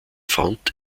front